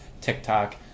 TikTok